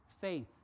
faith